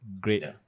Great